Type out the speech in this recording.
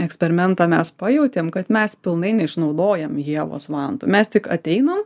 eksperimentą mes pajautėm kad mes pilnai neišnaudojam ievos vantų mes tik ateinam